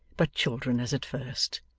but children as at first.